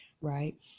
right